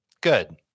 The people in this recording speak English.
Good